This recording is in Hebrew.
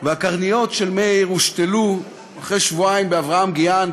והקרניות של מאיר הושתלו אחרי שבועיים באברהם גיאן,